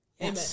Amen